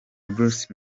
bruce